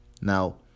Now